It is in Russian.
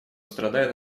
страдает